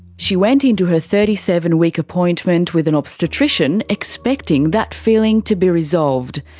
she went into her thirty seven week appointment with an obstetrician expecting that feeling to be resolved.